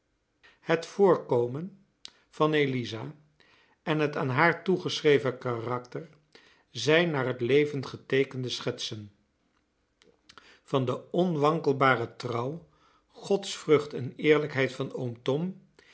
het voorkomen van eliza en het aan haar toegeschreven karakter zijn naar het leven geteekende schetsen van de onwankelbare trouw godsvrucht en eerlijkheid van